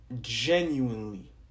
genuinely